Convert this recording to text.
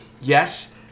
yes